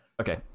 Okay